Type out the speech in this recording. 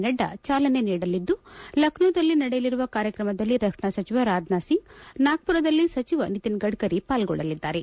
ನಡ್ಡಾ ಚಾಲನೆ ನೀಡಲಿದ್ದು ಲಕ್ನೋದಲ್ಲಿ ನಡೆಯಲಿರುವ ಕಾರ್ಯಕ್ರಮದಲ್ಲಿ ರಕ್ಷಣಾ ಸಚಿವ ರಾಜನಾಥ್ಸಿಂಗ್ ನಾಗ್ದುರದಲ್ಲಿ ಸಚಿವ ನಿತಿನ್ ಗಡ್ಕರಿ ಪಾಲ್ಗೊಳ್ಳಲಿದ್ದಾರೆ